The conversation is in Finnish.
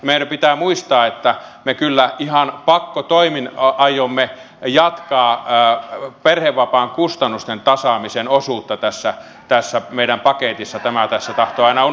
meidän pitää muistaa että me kyllä ihan pakkotoimin aiomme jatkaa perhevapaan kustannusten tasaamisen osuutta tässä meidän paketissamme